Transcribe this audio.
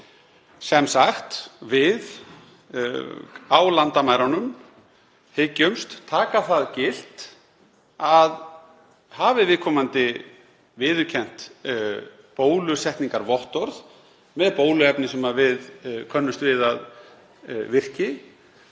Sem sagt: Á landamærunum hyggjumst við taka það gilt að hafi viðkomandi viðurkennt bólusetningarvottorð, með bóluefni sem við könnumst við að virki,